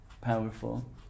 powerful